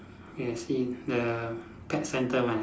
yes same the pet centre one ah